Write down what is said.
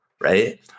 Right